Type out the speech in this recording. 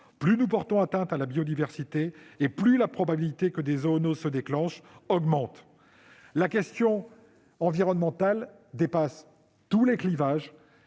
Plus nous portons atteinte à la biodiversité et plus la probabilité que des zoonoses se déclenchent et se propagent augmentera. » La question environnementale dépasse tous les clivages.